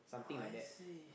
I see